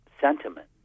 sentiment